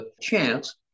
chance